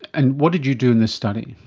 and what did you do in this study.